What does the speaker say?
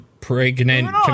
pregnant